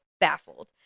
baffled